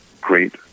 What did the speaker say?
great